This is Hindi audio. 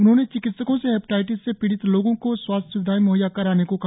उन्होंने चिकित्सको से हेपेटाइटिस से पीड़ित लोगो को स्वास्थ्य स्विधाएं मुहैया कराने को कहा